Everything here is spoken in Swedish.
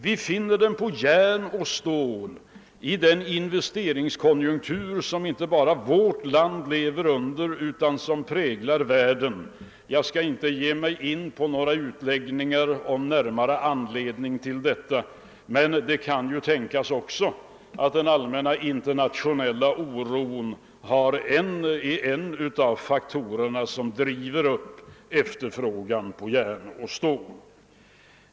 Vi finner den på järnoch stålmarknaden. Den investeringskonjunktur som vi lever i präglar hela världen. Jag skall inte ge mig in på några utläggningar om den närmare anledningen till detta, men det kan ju tänkas att den allmänna internationella oron också är en faktor som driver upp efterfrågan på järn och stål.